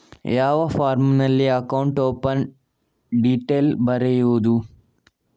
ಯಾವ ಫಾರ್ಮಿನಲ್ಲಿ account open detail ಬರೆಯುವುದು?